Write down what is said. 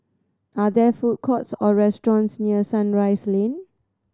are there food courts or restaurants near Sunrise Lane